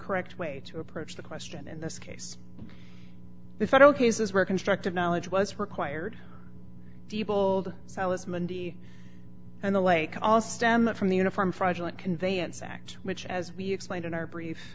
correct way to approach the question in this case the federal cases were constructed knowledge was required deeble sallis monday and the like all stem from the uniform fraudulent conveyance act which as we explained in our brief